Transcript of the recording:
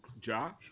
Josh